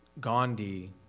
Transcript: Gandhi